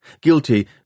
guilty